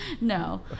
no